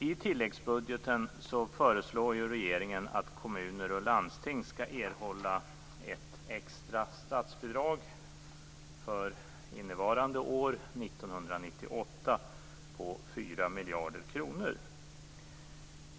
I tilläggsbudgeten föreslår regeringen att kommuner och landsting skall erhålla ett extra statsbidrag för innevarande år, 1998, på 4 miljarder kronor.